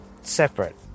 separate